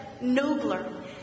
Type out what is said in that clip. nobler